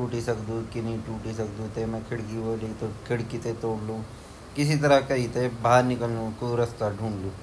ब्वोलु की क्वे मी तरफ देखा क्वे मी तरफ देखा अर चिल्लेते क्वे नी सुणलू ता मि आपा हाथ पाओ मारीते क्वे कोशिश ता ज़रूर करलु अर अपरा भगवन ते बुलोलु बस।